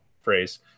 phrase